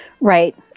Right